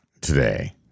today